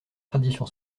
tradition